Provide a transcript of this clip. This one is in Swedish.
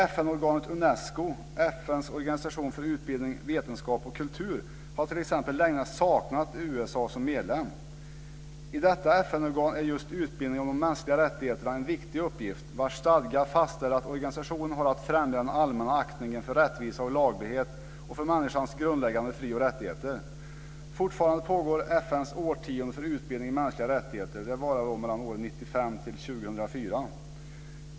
FN-organet Unesco, FN:s organisation för utbildning, vetenskap och kultur, har t.ex. länge saknat USA som medlem. I detta FN-organ är just utbildning i de mänskliga rättigheterna en viktig uppgift. Dess stadga fastställer att organisationen har att främja den allmänna aktningen för rättvisa och laglighet och för människans grundläggande fri och rättigheter. Fortfarande pågår FN:s årtionde för utbildning i mänskliga rättigheter. Det varar 1995-2004.